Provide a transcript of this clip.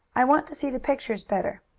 i want to see the pictures better.